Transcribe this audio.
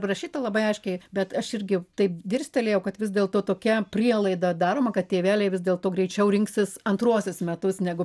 parašyta labai aiškiai bet aš irgi taip dirstelėjau kad vis dėlto tokia prielaida daroma kad tėveliai vis dėl to greičiau rinksis antruosius metus negu